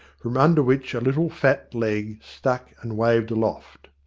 from under which a little fat leg stuck and waved aloft.